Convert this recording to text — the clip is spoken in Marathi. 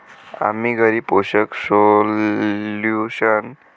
आम्ही घरी पोषक सोल्यूशन हायड्रोपोनिक्स देखील बनवू शकतो